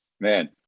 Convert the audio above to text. Man